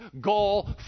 goal